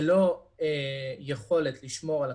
לא צריך יותר שולחנות עגולים,